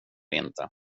inte